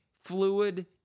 Fluid